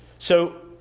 so,